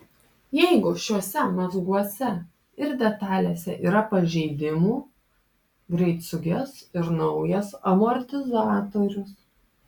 jeigu šiuose mazguose ir detalėse yra pažeidimų greit suges ir naujas amortizatorius